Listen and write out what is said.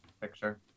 picture